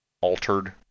altered